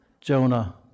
Jonah